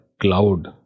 cloud